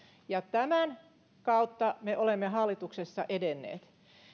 ja tämän kautta me olemme hallituksessa edenneet